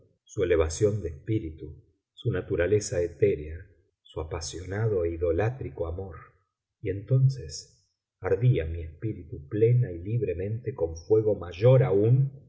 su elevación de espíritu su naturaleza etérea su apasionado e idolátrico amor y entonces ardía mi espíritu plena y libremente con fuego mayor aún